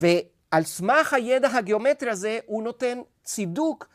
ועל סמך הידע הגיאומטרי הזה, הוא נותן צידוק.